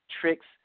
tricks